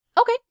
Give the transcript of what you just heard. Okay